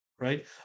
right